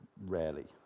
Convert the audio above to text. Rarely